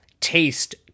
taste